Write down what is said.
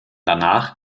danach